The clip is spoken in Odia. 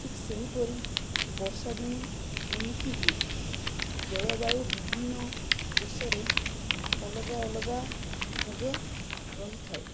ଠିକ ସେହିପରି ବର୍ଷା ଦିନେ ଏମିତି ହୁଏ ଜଳବାୟୁ ବିଭିନ୍ନ ଦେଶରେ ଅଲଗା ଅଲଗା ମଧ୍ୟ ରହିଥାଏ